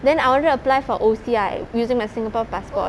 then I wanted to apply for O_C_I using my singapore passport